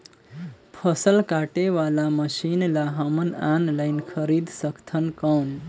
फसल काटे वाला मशीन ला हमन ऑनलाइन खरीद सकथन कौन?